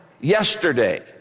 yesterday